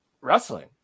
wrestling